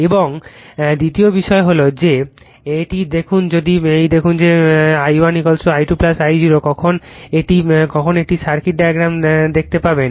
এবং দ্বিতীয় বিষয় হল যে এটি দেখুন যদি এই দেখুন যে I1 I2 I0 কখন এটি সার্কিট ডায়াগ্রাম দেখতে পাবেন